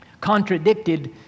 contradicted